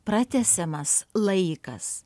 pratęsiamas laikas